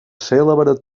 cèlebre